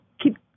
keep